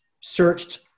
searched